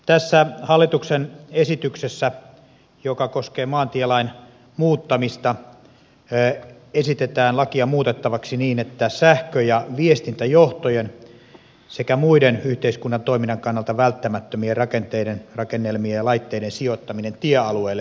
tässä hallituksen esityksessä joka koskee maantielain muuttamista esitetään lakia muutettavaksi niin että sähkö ja viestintäjohtojen sekä muiden yhteiskunnan toiminnan kannalta välttämättömien rakenteiden rakennelmien ja laitteiden sijoittaminen tiealueelle helpottuu